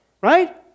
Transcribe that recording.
right